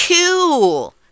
cool